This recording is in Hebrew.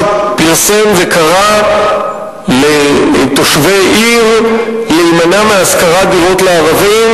שפרסם וקרא לתושבי עיר להימנע מהשכרת דירות לערבים.